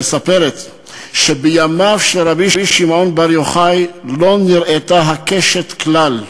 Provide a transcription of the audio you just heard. מספרת שבימיו של רבי שמעון בר יוחאי לא נראתה הקשת כלל.